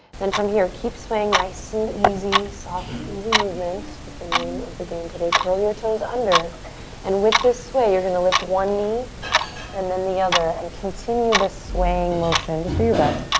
then from here, keep swaying, nice and easy. soft, easy movement is the name of the game today. curl your toes under and with this sway you're going to lift one knee and then the other and continue the swaying motion, just do your best.